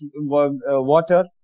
water